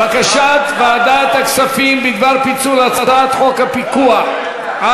בקשת ועדת הכספים בדבר פיצול הצעת חוק הפיקוח על